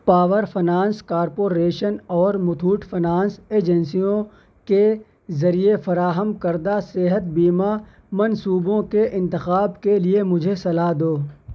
power finance corporation اور Muthoot finance ایجنسیوں کے ذریعہ فراہم کردہ صحت بیمہ منصوبوں کے انتخاب کے لیے مجھے صلا دو